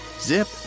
zip